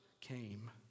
came